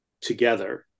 together